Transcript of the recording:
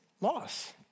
loss